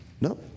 No